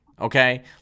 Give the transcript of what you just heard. okay